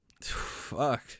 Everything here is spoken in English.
Fuck